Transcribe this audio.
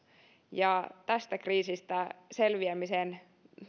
ja tästä kriisistä selviämisen